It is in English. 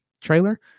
trailer